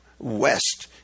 West